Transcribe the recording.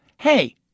hey